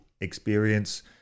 experience